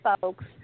folks